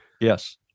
Yes